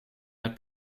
het